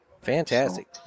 Fantastic